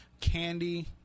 candy